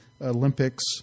Olympics